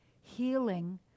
healing